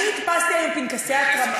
אני הדפסתי היום פנקסי התרמה.